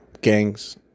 gangs